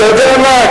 אתה יודע מה,